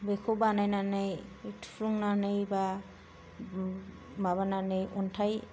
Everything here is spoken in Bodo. दोखौ बानायनानै थुफ्लंनानै एबा माबानानै अन्थाइ